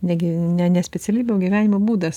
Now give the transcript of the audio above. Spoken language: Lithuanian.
negi ne ne specialybė o gyvenimo būdas